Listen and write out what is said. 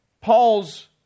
Paul's